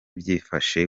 byifashe